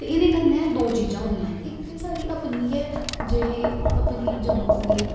ते एह्दे कन्नै दो चीजां होनियां इक ते साढ़ी अपनी गै जेह्ड़ी अपनी जम्मू दी